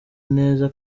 neza